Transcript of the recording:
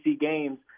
games